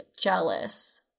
jealous